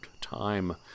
time